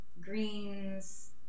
greens